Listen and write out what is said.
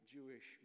Jewish